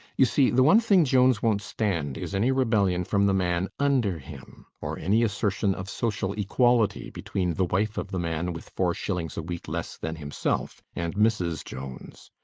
you see, the one thing jones won't stand is any rebellion from the man under him, or any assertion of social equality between the wife of the man with four shillings a week less than himself and mrs jones!